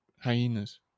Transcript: hyenas